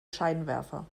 scheinwerfer